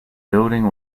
building